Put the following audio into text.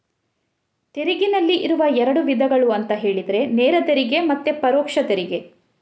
ತೆರಿಗೆನಲ್ಲಿ ಇರುವ ಎರಡು ವಿಧಗಳು ಅಂತ ಹೇಳಿದ್ರೆ ನೇರ ತೆರಿಗೆ ಮತ್ತೆ ಪರೋಕ್ಷ ತೆರಿಗೆ